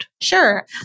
Sure